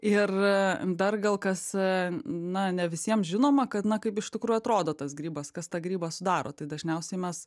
ir dar gal kas na ne visiem žinoma kad na kaip iš tikrųjų atrodo tas grybas kas tą grybą sudaro tai dažniausiai mes